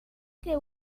que